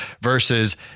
versus